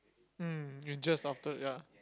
mm and just after ya